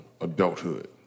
adulthood